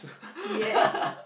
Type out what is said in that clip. yes